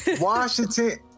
Washington